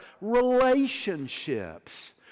relationships